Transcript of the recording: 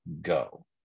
go